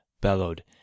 Bellowed